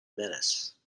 menace